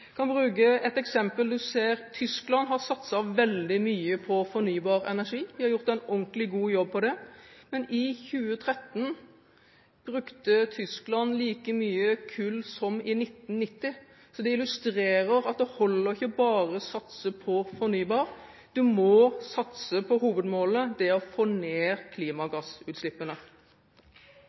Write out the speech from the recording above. kan bruke et eksempel. Vi ser at Tyskland har satset veldig mye på fornybar energi. De har gjort en ordentlig god jobb på det. Men i 2013 brukte Tyskland like mye kull som i 1990. Det illustrerer at det holder ikke bare å satse på fornybar energi. Man må satse på hovedmålet – det å få ned klimagassutslippene.